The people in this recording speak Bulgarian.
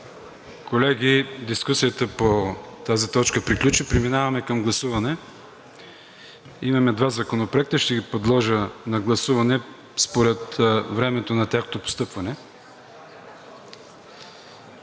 Колеги, дискусията по тази точка приключи. Преминаваме към гласуване. Имаме два законопроекта – ще ги подложа на гласуване според времето на тяхното постъпване.